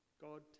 God